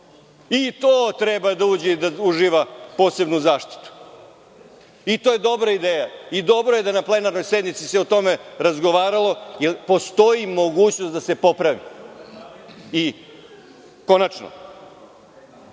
da uđe i da u živa posebnu zaštitu i to je dobra ideja. Dobro je da se na plenarnoj sednici o tome razgovaralo. Postoji mogućnost da se popravi. Konačno,